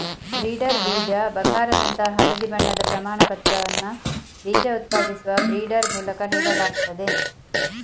breeder ಬೀಜ ಬಂಗಾರದಂತಹ ಹಳದಿ ಬಣ್ಣದ ಪ್ರಮಾಣಪತ್ರವನ್ನ ಬೀಜ ಉತ್ಪಾದಿಸುವ ಬ್ರೀಡರ್ ಮೂಲಕ ನೀಡಲಾಗ್ತದೆ